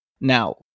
Now